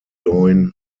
bowdoin